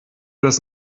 das